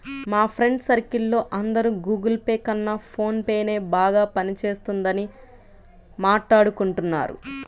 మా friends circle లో అందరూ గుగుల్ పే కన్నా ఫోన్ పేనే బాగా పని చేస్తున్నదని మాట్టాడుకుంటున్నారు